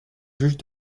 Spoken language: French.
juge